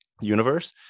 universe